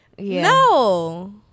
No